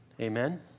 Amen